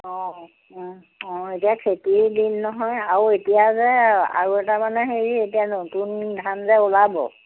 অঁ অঁ এতিয়া খেতি দিন নহয় আৰু এতিয়া যে আৰু এটা মানে হেৰি এতিয়া নতুন ধান যে ওলাব